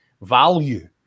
value